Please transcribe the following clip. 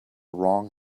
wrong